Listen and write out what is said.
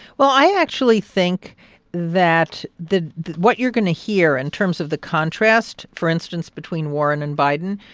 well, i actually think that the what you're going to hear in terms of the contrast, for instance, between warren and biden,